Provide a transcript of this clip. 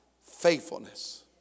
faithfulness